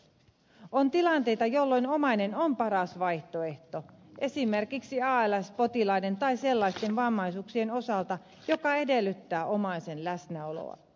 on tilanteita jolloin omainen on paras vaihtoehto esimerkiksi als potilaiden tai sellaisten vammaisuuksien osalta jotka edellyttävät omaisen läsnäoloa